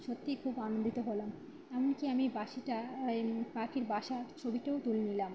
সত্যিই খুব আনন্দিত হলাম এমনকি আমি বাসিটা ওই পাখির বাসার ছবিটাও তুলে নিলাম